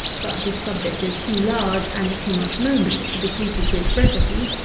but this subject is too large and of too much moment to be treated with brevity,